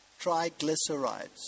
triglycerides